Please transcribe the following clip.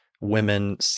women